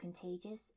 contagious